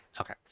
okay